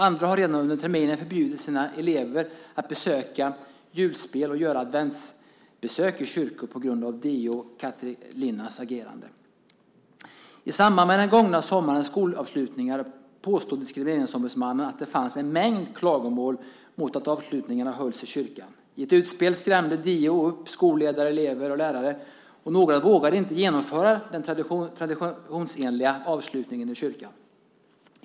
Andra har redan under terminen förbjudit sina elever att besöka julspel och göra adventsbesök i kyrkor på grund av DO Katri Linnas agerande. I samband med den gångna sommarens skolavslutningar påstod Diskrimineringsombudsmannen att det fanns en mängd klagomål mot att avslutningarna hölls i kyrkan. I ett utspel skrämde DO upp skolledare, elever och lärare, och några vågade inte genomföra den traditionsenliga avslutningen i kyrkan.